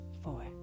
four